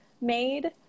made